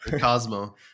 Cosmo